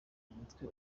umutwe